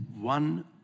one